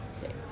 six